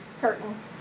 curtain